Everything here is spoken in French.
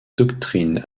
doctrines